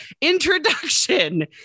Introduction